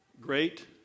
Great